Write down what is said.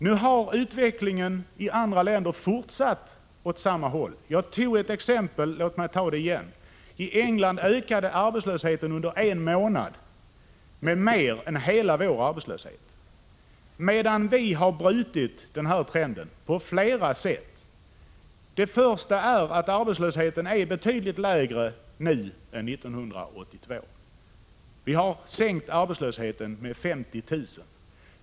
Nu har utvecklingen i andra länder fortsatt åt samma håll. Jag tog ett exempel — låt mig ta upp det igen. I England ökade arbetslösheten under en månad med mer än hela vår arbetslöshet, medan vi har brutit den här trenden på flera sätt. Arbetslösheten är betydligt lägre nu än 1982. Vi har sänkt arbetslösheten med 50 000.